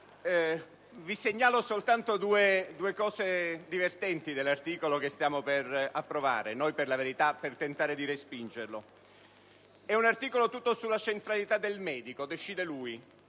Segnalo soltanto due cose divertenti dell'articolo che stiamo per approvare (noi per la verità cercheremo di respingerlo). È un articolo tutto sulla centralità del medico. Decide lui.